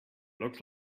looked